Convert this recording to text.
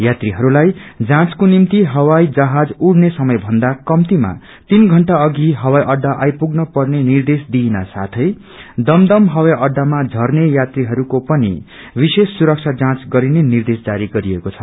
यात्रीहरूलाई जाँघको निम्ति जहाज उड़ने समय भन्दा कम्तीमा तीन षण्टा अघि हवाई अडडा आईपुग्नु निद्रेश दिइन साथै दमदम हवाई अडडामा झर्ने यात्रीहरूको पनि विशेष सुरक्षा जाँच गरिने निर्देश जारी गरिएको छ